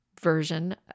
version